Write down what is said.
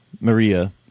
Maria